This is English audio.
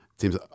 seems